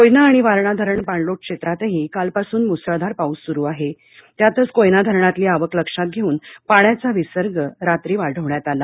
कोयना आणि वारणा धरण पाणलोट क्षेत्रातही कालपासून मुसळधार पाऊस सुरू आहे त्यातच कोयना धरणातली आवक लक्षात घेऊन पाण्याचा विसर्ग रात्री वाढवण्यात आला